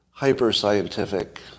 hyper-scientific